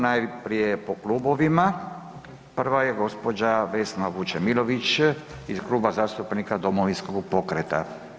Najprije po klubovima, prva je gđa. Vesna Vučemilović iz Kluba zastupnika Domovinskog pokreta.